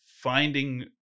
finding